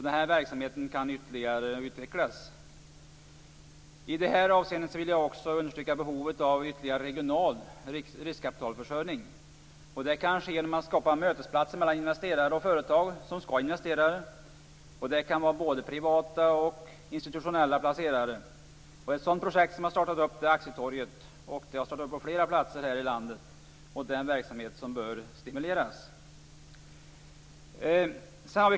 Den verksamheten kan ytterligare utvecklas. I det här avseendet vill jag också understryka behovet av ytterligare regional riskkapitalförsörjning. Det kan ske genom att skapa mötesplatser mellan investerare och företag som skall investera. Det kan vara både privata och institutionella placerare. Ett sådant projekt är Aktietorget. Det har startat på flera platser här i landet. Det är en verksamhet som bör stimuleras.